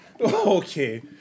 Okay